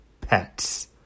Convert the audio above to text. pets